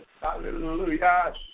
Hallelujah